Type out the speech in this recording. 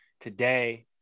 today